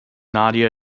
nadia